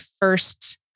first